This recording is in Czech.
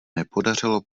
nepodařilo